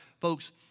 Folks